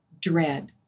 dread